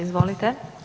Izvolite.